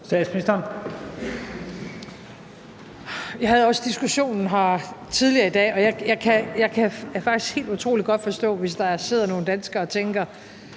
Frederiksen): Jeg havde også diskussionen her tidligere i dag, og jeg kan faktisk helt utrolig godt forstå, hvis der sidder nogle danskere, der tænker,